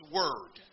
word